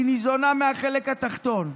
היא ניזונה מהחלק התחתון.